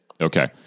Okay